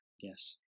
Yes